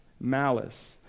malice